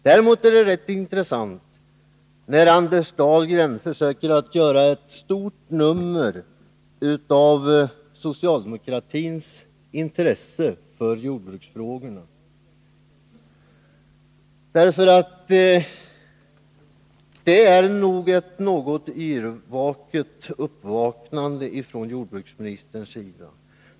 Däremot är det ganska intressant att Anders Dahlgren försöker göra ett stort nummer av socialdemokratins intresse för jordbruksfrågorna. Det är nog ett något yrvaket uppvaknande från jordbruksministerns sida.